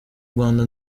rwanda